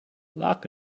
like